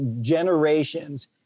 generations